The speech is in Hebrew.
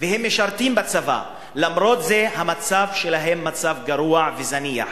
והם משרתים בצבא, ולמרות זה המצב שלהם גרוע ומוזנח